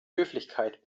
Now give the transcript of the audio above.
höflichkeit